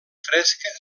fresca